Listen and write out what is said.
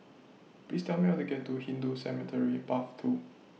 Please Tell Me How to get to Hindu Cemetery Path two